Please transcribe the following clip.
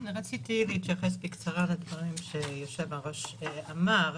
רציתי להתייחס בקצרה לדברים שהיושב-ראש אמר.